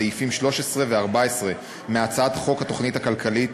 סעיפים 13 ו-14 מהצעת חוק התוכנית הכלכלית